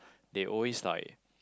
they always like